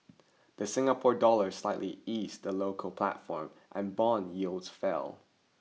the Singapore dollar slightly eased the local platform and bond yields fell